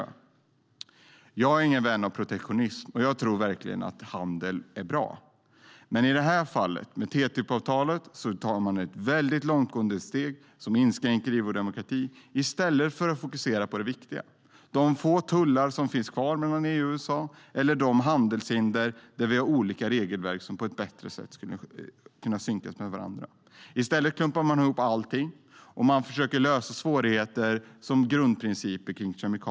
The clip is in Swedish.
Jag är ingen vän av protektionism, och jag tror verkligen att handel är bra. Men i detta fall med TTIP-avtalet tar man ett mycket långtgående steg som inskränker vår demokrati i stället för att fokusera på det viktiga, nämligen de få tullar som finns kvar mellan EU och USA och de handelshinder där vi har olika regelverk som på ett bättre sätt skulle kunna synkas med varandra. I stället klumpar man ihop allting, och man försöker lösa svårigheter som grundprinciper kring kemikalier.